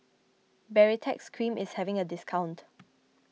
Baritex Cream is having a discount